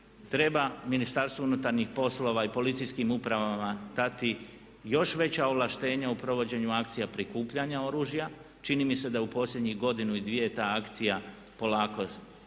treba Ministarstvu unutarnjih poslova i policijskim upravama dati još veća ovlaštenja u provođenju akcija prikupljanja oružja. Čini mi se da je u posljednjih godinu ili dvije ta akcija polako